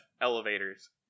elevators